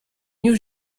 new